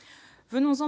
coeur de cette proposition